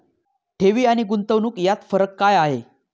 ठेवी आणि गुंतवणूक यात फरक काय आहे?